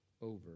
over